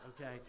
okay